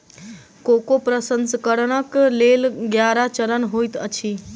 cocoa प्रसंस्करणक लेल ग्यारह चरण होइत अछि